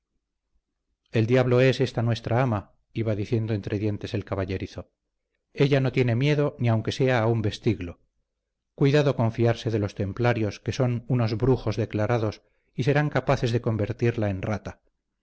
el diablo es esta nuestra ama iba diciendo entre dientes el caballerizo ella no tiene miedo ni aunque sea a un vestiglo cuidado con fiarse de los templarios que son unos brujos declarados y serán capaces de convertirla en rata